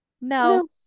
no